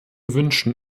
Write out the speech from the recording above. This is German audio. wünschen